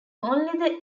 only